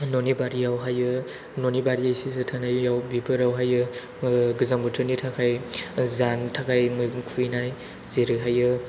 न'नि बारियावहाय न'नि बारि जोथोनैयाव बेफोरावहाय गोजां बोथोरनि थाखाय जानो थाखाय मैगं खुबैनाय जेरैहाय